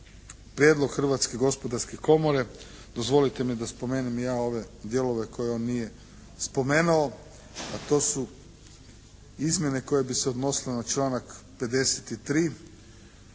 prijedlog Hrvatske gospodarske komore. Dozvolite mi da spomenem i ja ove dijelove koje on nije spomenuo, a to su izmjene koje bi se odnosile na članak 53.